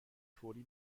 فوری